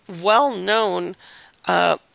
well-known